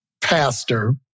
pastor